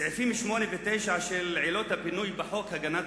סעיפים 8 ו-9 של עילות הפינוי בחוק הגנת